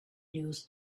news